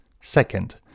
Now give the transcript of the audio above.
Second